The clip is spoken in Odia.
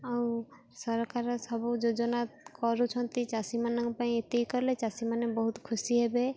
ଆଉ ସରକାର ସବୁ ଯୋଜନା କରୁଛନ୍ତି ଚାଷୀମାନଙ୍କ ପାଇଁ ଏତିକି କଲେ ଚାଷୀମାନେ ବହୁତ ଖୁସି ହେବେ